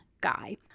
guy